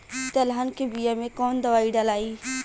तेलहन के बिया मे कवन दवाई डलाई?